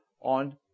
on